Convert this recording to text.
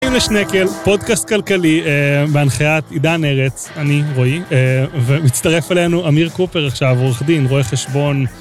נתראים לשנקל, פודקאסט כלכלי בהנחיית עידן ארץ, אני רועי, ומצטרף אלינו עמיר קופר עכשיו, עורך דין, רואה חשבון.